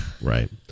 Right